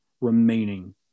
remaining